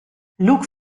luke